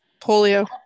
polio